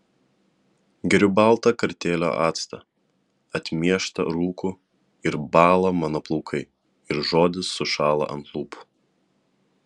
geriu baltą kartėlio actą atmieštą rūku ir bąla mano plaukai ir žodis sušąla ant lūpų